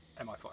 MI5